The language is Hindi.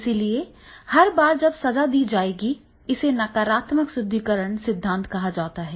इसलिए हर बार जब सजा दी जाएगी इसे नकारात्मक सुदृढीकरण सिद्धांत कहा जाता है